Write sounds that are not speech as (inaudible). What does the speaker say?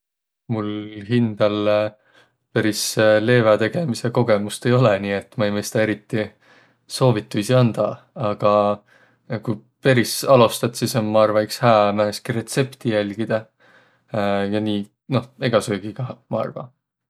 Mul hindäl peris leevätegemise kogõmust ei olõq, nii et ma ei mõistaq eriti soovituisi andaq, aga ku peri alostat, sis om ma arva iks hää määnestki retsepti jälgidäq. (hesitation) Ja nii egä söögiga, ma arva.